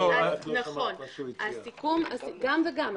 גם וגם.